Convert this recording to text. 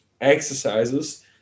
exercises